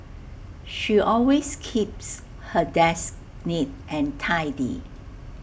she always keeps her desk neat and tidy